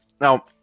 Now